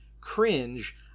cringe